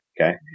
Okay